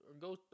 go